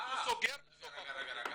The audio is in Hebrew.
הוא סוגר בסוף החודש.